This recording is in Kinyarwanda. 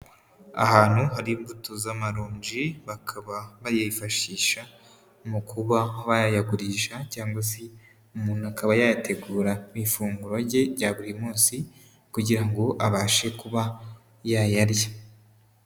Ahantu hari imbuto z'amaronji, bakaba bayifashisha mu kuba bayagurisha, cyangwa se umuntu akaba yayategura ku ifunguro rye rya buri munsi, kugira ngo abashe kuba ya yarya.